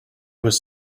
was